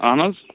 اہن حظ